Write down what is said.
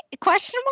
Question